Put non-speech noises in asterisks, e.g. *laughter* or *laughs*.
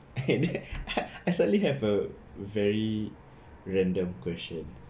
*laughs* I suddenly have a very random question